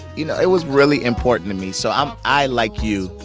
you know, it was really important to me. so um i, like you,